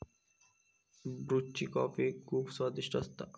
ब्रुची कॉफी खुप स्वादिष्ट असता